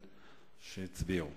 2),